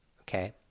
okay